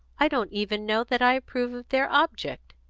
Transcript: i don't even know that i approve of their object.